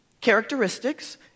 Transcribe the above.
characteristics